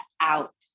out